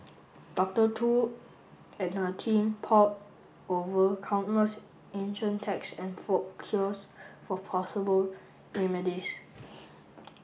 Doctor Tu and her team pored over countless ancient texts and folk cures for possible remedies